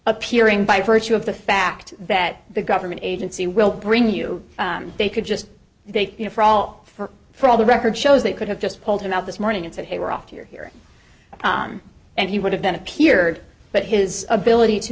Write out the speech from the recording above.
appearing by virtue of the fact that the government agency will bring you they could just they you know for all for all the record shows they could have just pulled him out this morning and said hey we're off here and he would have been appeared but his ability to